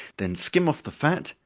then skim off the fat,